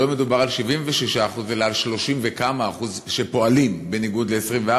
לא מדובר על 76% אלא על 30% וכמה שפועלים בניגוד ל-24.